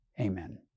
Amen